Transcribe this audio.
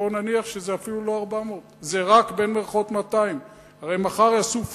בוא נניח שזה אפילו לא 400. זה "רק" 200. הרי מחר יעשו flat,